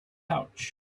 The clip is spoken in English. pouch